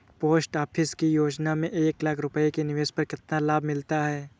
Post office की योजना में एक लाख रूपए के निवेश पर कितना लाभ मिलता है?